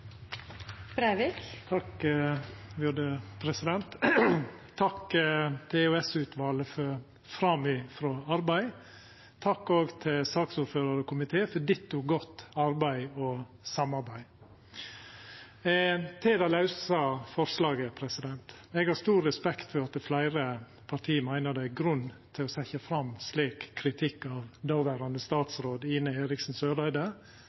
gjennom. Takk til EOS-utvalet for framifrå arbeid. Takk òg til saksordføraren og komiteen for ditto godt arbeid og samarbeid. Til det lause forslaget: Eg har stor respekt for at fleire parti meiner det er grunn til å setja fram slik kritikk av den dåverande statsråden Ine Eriksen Søreide,